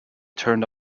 turned